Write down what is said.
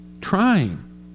trying